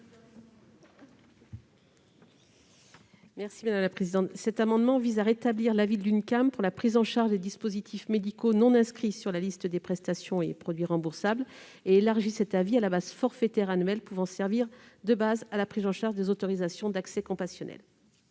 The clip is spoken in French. l'avis de l'Union nationale des caisses d'assurance maladie (Uncam) pour la prise en charge des dispositifs médicaux non-inscrits sur la liste des prestations et produits remboursables et à élargir cet avis à la base forfaitaire annuelle pouvant servir de base à la prise en charge des autorisations d'accès compassionnel.